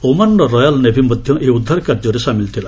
ଓମାନ୍ର royal navy ମଧ୍ୟ ଏହି ଉଦ୍ଧାର କାର୍ଯ୍ୟରେ ସାମିଲ୍ ଥିଲା